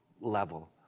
level